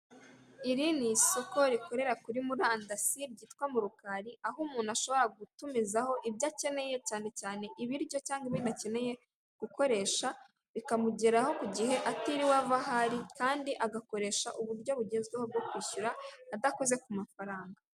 Iri ni isoko rikorera kuri murandasi ryitwa Murukali aho umuntu ashobora gutumizaho ibyo akeneye cyane cyane ibiryo cyangwa ibindi akeneye gukoresha bikamugeraho ku gihe atiriwe ava aho ari kandi agakoresha uburyo bugezweho bwo kwishyura adakoze ku mafaranga.